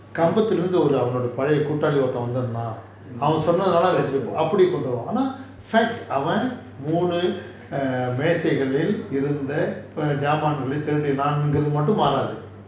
கம்பு திருடுன அவனோட பழைய கூட்டாளி ஒருத்தன் வந்து இருந்தான் அவன் சொன்னது நாள் அந்த அப்பிடி கொண்டு வருவோம் ஆனா:kambu thiruduna avanoda pazhaya koottaali oruthan vanthu irunthaan avan sonathu naal antha apidi kondu varuvom aana fact அவ மூணு மேசைக்காலில் உள்ள ஜாமங்களை திருடினான்றது மாறாது:ava moonu maesaikalil ulla jaamangalai thirudinanrathu maaraathu